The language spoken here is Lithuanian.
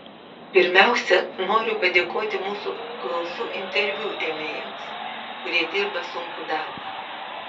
pirmiausia noriu padėkoti mūsų apklausų interviu ėmėjams kurie dirba sunkų darbą